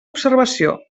observació